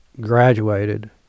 graduated